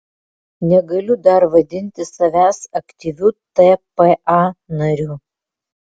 negaliu dar vadinti savęs aktyviu tpa nariu